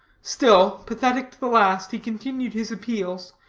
still, pathetic to the last, he continued his appeals,